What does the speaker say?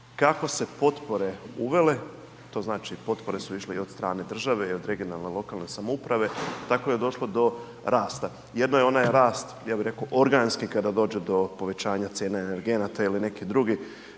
kako se potpore uvele, to znači potpore su išle i od strane države i od regionalne i lokalne samouprave, tako je došlo do rasta. Jedno je onaj rast, ja bi reko organski kada dođe do povećanja cijene energenata ili neki drugih